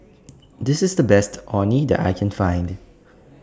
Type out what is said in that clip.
This IS The Best Orh Nee that I Can Find